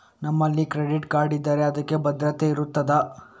ನಮ್ಮಲ್ಲಿ credit card ಇದ್ದರೆ ಅದಕ್ಕೆ ಭದ್ರತೆ ಇರುತ್ತದಾ?